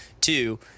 Two